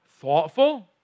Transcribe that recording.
Thoughtful